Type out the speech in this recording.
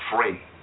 free